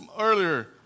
earlier